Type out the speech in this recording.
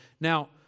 Now